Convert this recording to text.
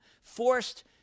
forced